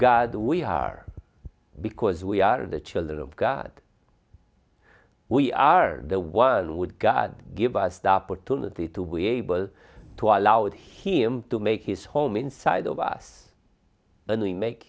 god we are because we are the children of god we are the world with god give us the opportunity to be able to allowed him to make his home inside of us and we make